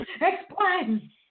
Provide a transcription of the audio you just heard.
Explain